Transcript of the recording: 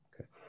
okay